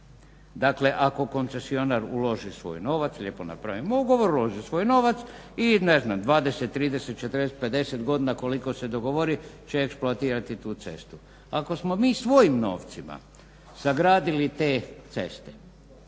Dakle, ako koncesionar uloži svoj novac, lijepo napravimo ugovor, uloži svoj novac i ne znam 20,30,40,50 godina koliko se dogovori će eksploatirati tu cestu. Ako smo mi svojim novcima sagradili te ceste,